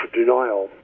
denial